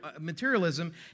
materialism